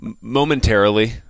Momentarily